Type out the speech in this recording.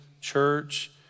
church